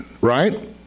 right